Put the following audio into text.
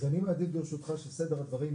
אני מעדיף ברשותך שסדר הדברים,